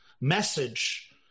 message